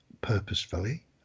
purposefully